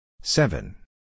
Seven